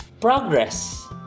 progress